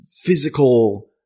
physical